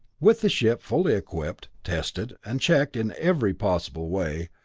with the ship fully equipped, tested and checked in every possible way,